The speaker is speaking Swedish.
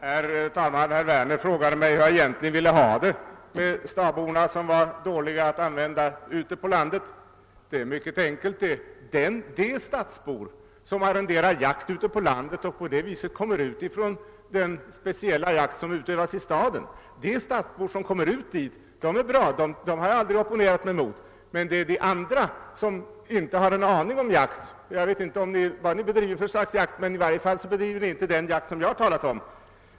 Herr talman! Herr Werner frågade mig hur jag egentligen ville ha det och vad jag menade med att tala om stadsborna som var så dåliga att ha ute på landet. Det är mycket enkelt: de stadsbor som arrenderar jakt på landet och och på det viset kommer från den speciella jakt som utövas i staden är bra, och dem har jag aldrig opponerat mig mot. Jag avsåg de andra, som inte har en aning om jakt. Jag vet inte vad ni bedriver för slags jakt, men i varje fall bedriver ni inte den jakt som jag har talat om.